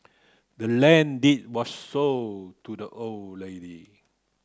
the land deed was sold to the old lady